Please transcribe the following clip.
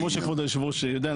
כמו שכבוד יושב הראש יודע,